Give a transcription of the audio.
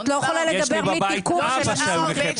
אבל את לא יכולה לדבר בלי תיקוף של מסמכים.